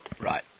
Right